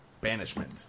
Banishment